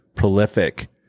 prolific